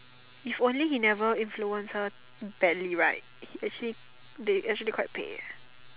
if only he never influence her badly right actually they actually quite 配 eh